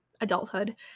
adulthood